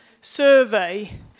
survey